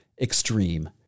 extreme